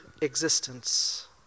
existence